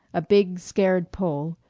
a big, scared pole,